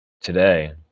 today